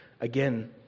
Again